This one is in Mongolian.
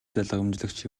залгамжлагч